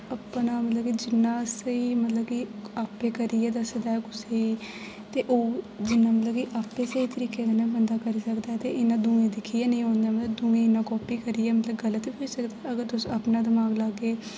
अपना मतलब कि जिन्ना स्हेई मतलब कि आपे करियै दस्सेदा कुसे ते ओह् जिन्ना मतलब कि आपे स्हेई तरिके कन्नै बंदा करी सकदा ते इन्ना दुए दी दिक्खयै नेईं औंदा मतलब दुए दी इन्ना कापी करियै मतलब गलत बी होई सकदा अगर तुस अपना दमाग लागे